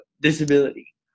disability